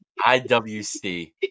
IWC